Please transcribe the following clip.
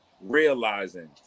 realizing